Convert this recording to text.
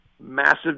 massive